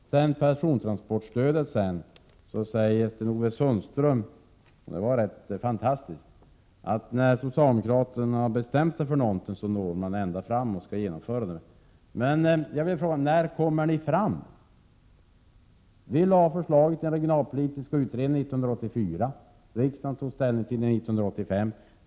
Beträffande persontransportstödet säger Sten-Ove Sundström — det var rätt fantastiskt — att när socialdemokraterna bestämt sig för någonting skall de genomföra det och nå ända fram. När kommer ni fram? Vi lade fram förslaget till den regionalpolitiska utredningen 1984. Riksdagen tog ställning 1985.